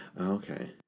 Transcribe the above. Okay